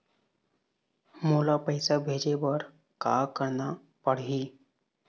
मोला पैसा भेजे बर का करना पड़ही?